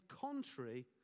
contrary